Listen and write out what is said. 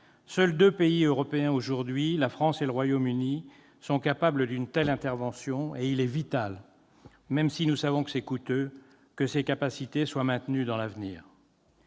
Seuls deux pays européens, la France et le Royaume-Uni, sont aujourd'hui capables d'une telle intervention et il est vital, même si nous savons que c'est coûteux, que ces capacités soient maintenues dans l'avenir.